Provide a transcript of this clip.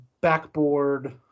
backboard